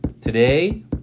Today